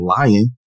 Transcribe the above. lying